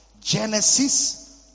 Genesis